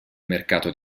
mercato